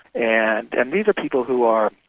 and and these are people who are,